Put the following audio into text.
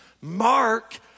Mark